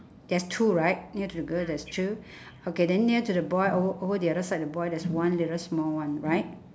there's two right near to the girl there's two okay then near to the boy o~ over the other side the boy there's one little small one right